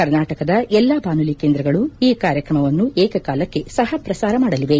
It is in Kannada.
ಕರ್ನಾಟಕದ ಎಲ್ಲಾ ಬಾನುಲಿ ಕೇಂದ್ರಗಳು ಈ ಕಾರ್ಯಕ್ರಮವನ್ನು ಏಕಕಾಲಕ್ಷೆ ಸಹ ಪ್ರಸಾರ ಮಾಡಲಿವೆ